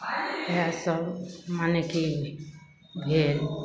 इएहसब मने कि भेल